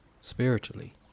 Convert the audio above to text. spiritually